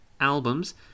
albums